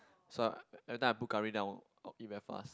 so I everytime I put curry then I will I will eat very fast